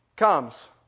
Comes